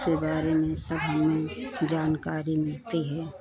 ओ के बारे में सब हम जानकारी मिलती है